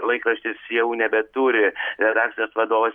laikraštis jau nebeturi redakcijos vadovas